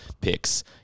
picks